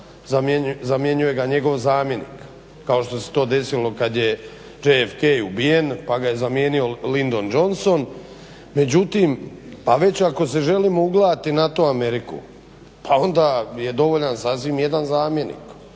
zamjenjuje ga njegov zamjenik kao što se to desilo kada je JFK ubijen pa ga je zamijenilo Lyndon Johnson. Međutim već ako se želimo ugledati na tu Ameriku pa onda je dovoljan sasvim jedan zamjenik.